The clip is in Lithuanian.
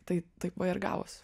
tai taip va ir gavosi